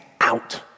out